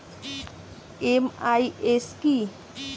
MIS কি?